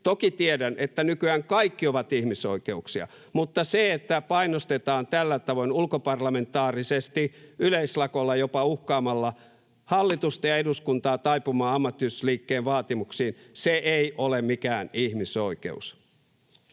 Toki tiedän, että nykyään kaikki ovat ihmisoikeuksia, mutta se, että painostetaan tällä tavoin ulkoparlamentaarisesti yleislakolla, jopa uhkaamalla hallitusta ja eduskuntaa taipumaan ammattiyhdistysliikkeen vaatimuksiin, ei ole mikään ihmisoikeus.